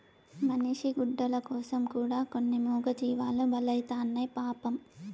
మనిషి గుడ్డల కోసం కూడా కొన్ని మూగజీవాలు బలైతున్నాయి పాపం